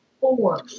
Four